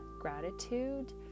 gratitude